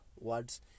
words